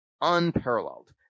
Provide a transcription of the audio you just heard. unparalleled